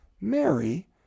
Mary